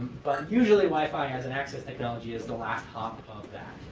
but usually, wi-fi has an access technology as the last hop of that.